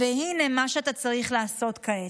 והינה מה שאתה צריך לעשות כעת.